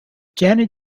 janet